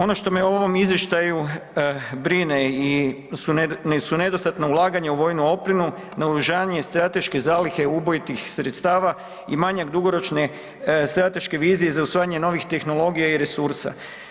Ono što me u ovom izvještaju brine su nedostatna ulaganja u vojnu opremu, naoružanje i strateške zalihe ubojitih sredstava i manjak dugoročne strateške vizije za usvajanje novih tehnologija i resursa.